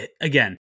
again